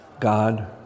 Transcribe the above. God